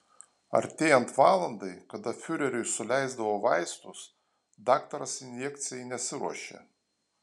artėjant valandai kada fiureriui suleisdavo vaistus daktaras injekcijai nesiruošė